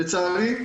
לצערי,